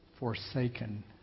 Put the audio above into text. Forsaken